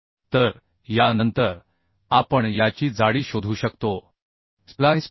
तर यानंतर आपण याची जाडी शोधू शकतो स्प्लाइस प्लेट